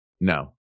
No